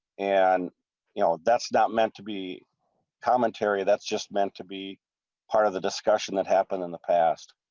and you know that's not meant to be commentary that's just meant to be part of the discussion that happened in the past.